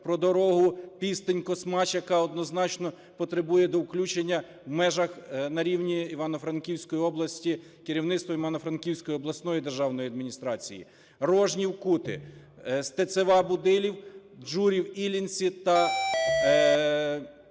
про дорогу Пістинь–Космач, яка однозначно потребує до включення в межах на рівні Івано-Франківської області керівництвом Івано-Франківської обласної державної адміністрації. Рожнів – Кути, Стецева – Будилів, Джурів – Іллінці та